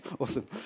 awesome